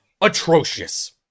atrocious